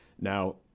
Now